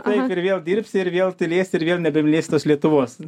taip ir vėl dirbsi ir vėl tylėsi ir vėl nebemylėsi tos lietuvos